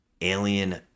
alien